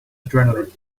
adrenaline